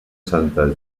santa